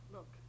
Look